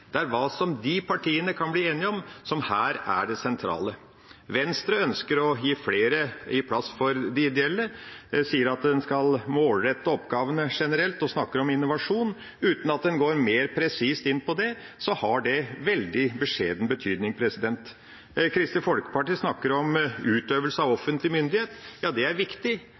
Det er hva de partiene kan bli enige om, som her er det sentrale. Venstre ønsker å gi plass for de ideelle, sier at en skal målrette oppgavene generelt, og snakker om innovasjon. Uten at en går mer presist inn på det, har det veldig beskjeden betydning. Kristelig Folkeparti snakker om utøvelse av offentlig myndighet. Ja, det er viktig.